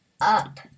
up